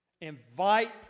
invite